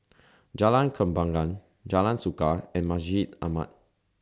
Jalan Kembangan Jalan Suka and Masjid Ahmad